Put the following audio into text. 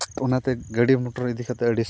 ᱚᱱᱟᱛᱮ ᱜᱟᱹᱰᱤ ᱢᱚᱴᱚᱨ ᱤᱫᱤ ᱠᱟᱛᱮᱫ ᱟᱹᱰᱤ